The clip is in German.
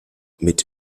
mit